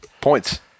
Points